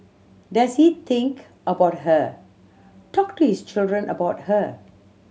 does he think about her talk to his children about her